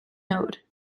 node